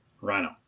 Rhino